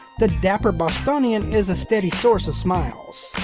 the dapper bostonian is a steady source of smiles.